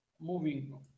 moving